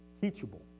teachable